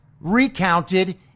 recounted